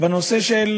בנושא של